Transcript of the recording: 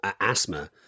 asthma